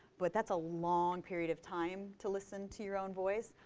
but that's a long period of time to listen to your own voice.